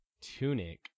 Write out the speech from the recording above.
Tunic